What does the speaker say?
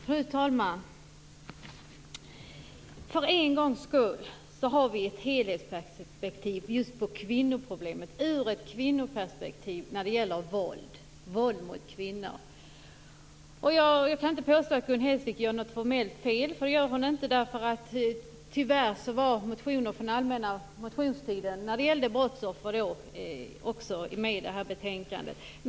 Fru talman! För en gångs skull har vi ett helhetsperspektiv just på våldet mot kvinnor. Jag kan inte påstå att Gun Hellsvik gör något formellt fel. Det gör hon inte. Tyvärr var motioner om brottsoffer från allmänna motionstiden också med i det här betänkandet.